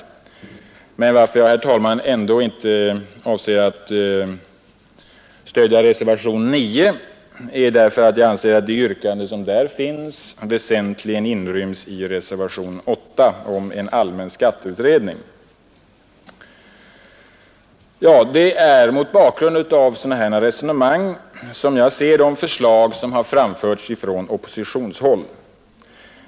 Men anledningen till att jag, herr talman, ändå inte avser att stödja reservationen 9 är att jag anser att det yrkande som där finns inryms i reservationen 8 om en allmän skatteutredning. Det är mot bakgrund av sådana här resonemang som jag ser det förslag som har framförts från oppositionshåll.